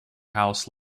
house